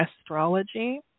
Astrology